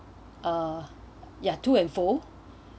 uh ya two and four